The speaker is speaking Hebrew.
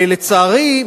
לצערי,